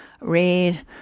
read